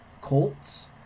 colts